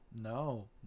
No